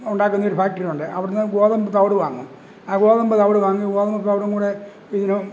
ഉണ്ടാക്കുന്നൊരു ഫാക്ടറിയുണ്ട് അവിടുന്ന് ഗോതമ്പ് തവിട് വാങ്ങും ആ ഗോതമ്പ് തവിട് വാങ്ങി ഗോതമ്പും തവിടും കൂടെ ഇങ്ങനെ